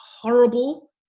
horrible